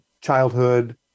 childhood